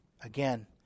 Again